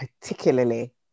particularly